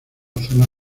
zona